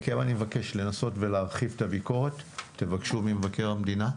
מכם, נציגי משרד מבקר המדינה,